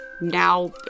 now